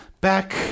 Back